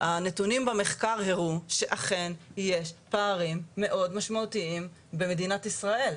הנתונים במחקר הראו שאכן יש פערים מאוד משמעותיים במדינת ישראל.